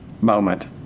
moment